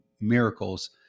miracles